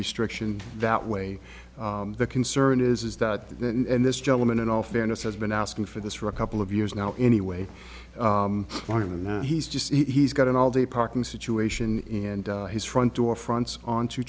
restriction that way the concern is is that that and this gentleman in all fairness has been asking for this for a couple of years now anyway want to know he's just he's got an all day parking situation in his front door fronts on to